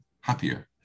happier